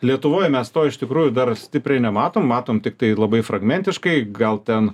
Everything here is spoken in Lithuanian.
lietuvoj mes to iš tikrųjų dar stipriai nematom matom tiktai labai fragmentiškai gal ten